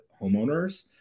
homeowners